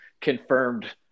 confirmed